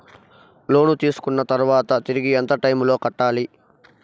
లోను తీసుకున్న తర్వాత తిరిగి ఎంత టైములో కట్టాలి